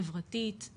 חברתית,